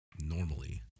normally